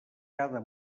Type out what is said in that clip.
cada